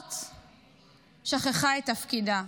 הזאת שכחה את תפקידה.